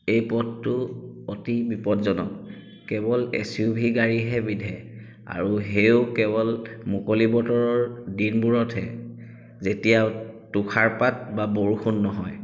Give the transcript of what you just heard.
এই পথটো অতি বিপদজনক কেৱল এছইউভি গাড়ীহে বিধে আৰু সেয়াও কেৱল মুকলি বতৰৰ দিনবোৰতহে যেতিয়া তুষাৰপাত বা বৰষুণ নহয়